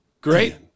Great